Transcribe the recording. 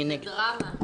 הצבעה לא אושרה.